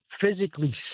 physically